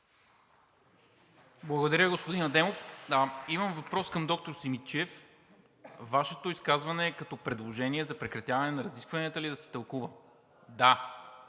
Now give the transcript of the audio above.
Благодаря, господин Адемов. Имам въпрос към доктор Симидчиев: Вашето изказване като предложение за прекратяване на разискванията ли да се тълкува? Да.